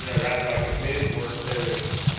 and rather like the mid work, there was